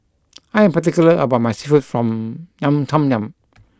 I am particular about my Seafood Tom Yum